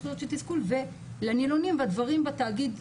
תחושות של תסכול ולנילונים והדברים בתאגיד,